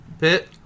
pit